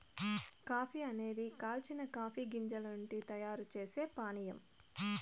coffee అనేది కాల్చిన coffee గింజల నుండి తయారు చేసే పానీయం